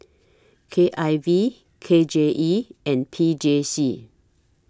K I V K J E and P J C